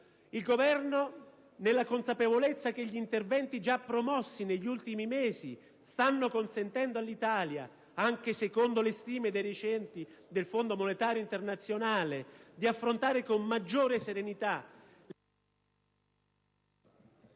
italiano, nella consapevolezza che gli interventi già promossi negli ultimi mesi stanno consentendo all'Italia, anche secondo le stime recenti del Fondo monetario internazionale, di affrontare con maggiore serenità*...